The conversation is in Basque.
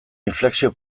inflexio